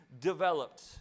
developed